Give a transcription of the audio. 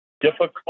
difficult